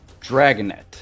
Dragonet